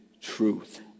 truth